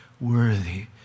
worthy